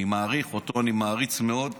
אני מעריך, אותו אני מעריץ מאוד.